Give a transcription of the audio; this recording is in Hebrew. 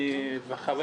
אני חושב